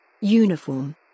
Uniform